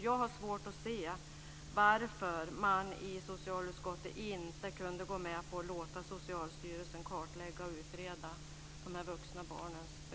Jag har svårt att se varför man i socialutskottet inte kunde gå med på att låta Socialstyrelsen kartlägga och utreda de behov som denna kategori har.